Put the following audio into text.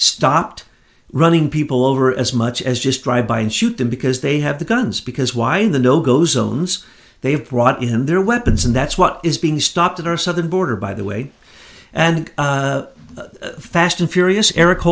stopped running people over as much as just drive by and shoot them because they have the guns because why the no go zones they have brought in their weapons and that's what is being stopped at our southern border by the way and fast and furious eric